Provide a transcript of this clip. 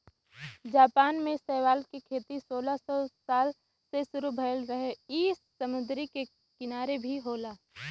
Japan में शैवाल के खेती सोलह सौ साठ से शुरू भयल रहे इ समुंदर के किनारे भी होला